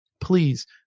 please